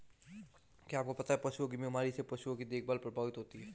क्या आपको पता है पशुओं की बीमारियों से पशुओं की देखभाल प्रभावित होती है?